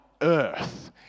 earth